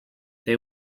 they